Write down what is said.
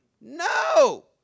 No